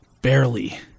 Barely